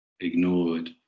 ignored